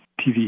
TV